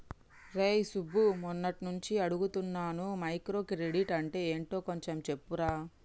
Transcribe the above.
రేయ్ సుబ్బు, మొన్నట్నుంచి అడుగుతున్నాను మైక్రో క్రెడిట్ అంటే యెంటో కొంచెం చెప్పురా